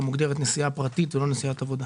מוגדרת נסיעה פרטית ולא נסיעת עבודה?